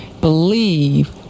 Believe